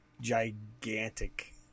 gigantic